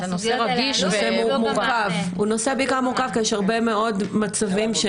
הוא נושא בעיקר מורכב כי יש הרבה מאוד מצבים.